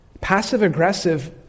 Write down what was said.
Passive-aggressive